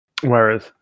Whereas